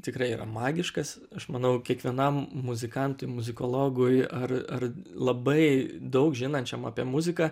tikrai yra magiškas aš manau kiekvienam muzikantui muzikologui ar ar labai daug žinančiam apie muziką